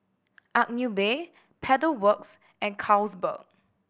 Agnes B Pedal Works and Carlsberg